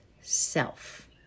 self